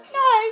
no